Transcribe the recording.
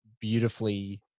beautifully